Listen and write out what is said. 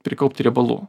prikaupti riebalų